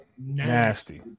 nasty